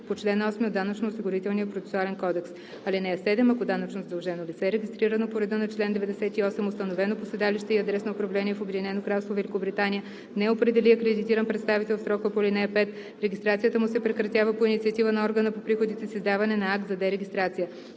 по чл. 8 от Данъчно-осигурителния процесуален кодекс. (7) Ако данъчно задължено лице, регистрирано по реда на чл. 98, установено по седалище и адрес на управление в Обединено кралство Великобритания не определи акредитиран представител в срока по ал. 5, регистрацията му се прекратява по инициатива на органа по приходите с издаване на акт за дерегистрация.